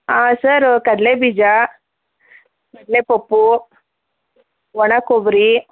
ಹಾಂ ಸರ್ ಕಡಲೆಬೀಜ ಕಡಲೆ ಪಪ್ಪು ಒಣ ಕೊಬ್ಬರಿ